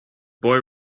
boy